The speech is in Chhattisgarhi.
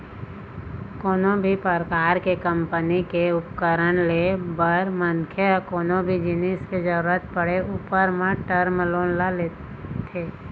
कोनो भी परकार के कंपनी के उपकरन ले बर मनखे ह कोनो भी जिनिस के जरुरत पड़े ऊपर म टर्म लोन ल लेथे